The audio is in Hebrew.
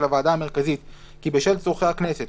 הוועדה המרכזית כי בשל צורכי הכנסת,